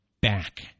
back